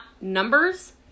numbers